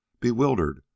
bewildered